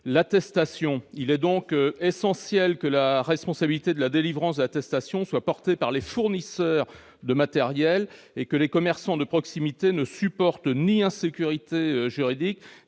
l'attestation. Il est donc essentiel que la responsabilité de la délivrance de l'attestation soit assumée par les fournisseurs de matériel, et que les commerçants de proximité ne subissent ni l'insécurité juridique